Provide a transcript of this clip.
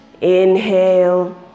inhale